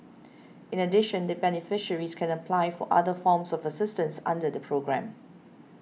in addition the beneficiaries can apply for other forms of assistance under the programme